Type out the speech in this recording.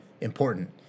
important